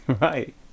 Right